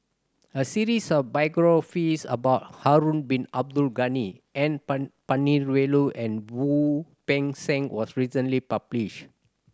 a series of biographies about Harun Bin Abdul Ghani N Palanivelu and Wu Peng Seng was recently published